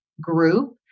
group